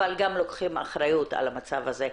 אבל גם לוקחים אחריות על המצב הזה.